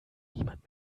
niemand